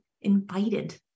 invited